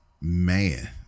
man